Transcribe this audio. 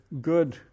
good